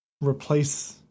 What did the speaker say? replace